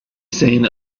seen